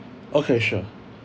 okay sure